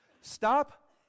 Stop